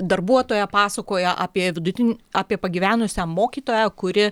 darbuotoja pasakojo apie vidutinį apie pagyvenusią mokytoją kuri